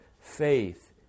faith